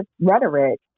rhetoric